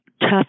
tough